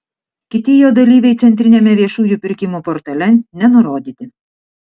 kiti jo dalyviai centriniame viešųjų pirkimų portale nenurodyti